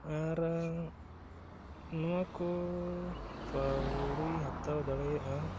ᱟᱨ ᱱᱚᱣᱟᱠᱚ ᱯᱟᱣᱲᱤ ᱦᱟᱛᱟᱣ ᱫᱟᱲᱭᱟᱜᱼᱟ